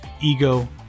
ego